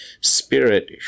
spirit